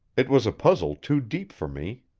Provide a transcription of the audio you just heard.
it was a puzzle too deep for me.